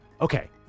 Okay